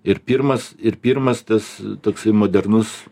ir pirmas ir pirmas tas toksai modernus